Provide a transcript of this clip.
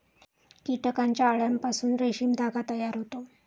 कीटकांच्या अळ्यांपासून रेशीम धागा तयार होतो